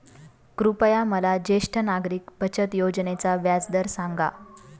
कृपया मला ज्येष्ठ नागरिक बचत योजनेचा व्याजदर सांगा